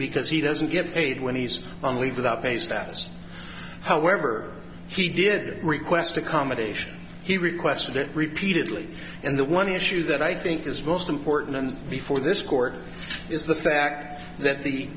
because he doesn't get paid when he's on leave without pay status however he did request accommodation he requested it repeatedly and the one issue that i think is most important before this court is the fact that the